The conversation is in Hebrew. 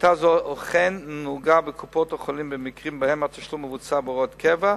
שיטה זאת אכן נהוגה בקופות-החולים במקרים שבהם התשלום מבוצע בהוראת קבע,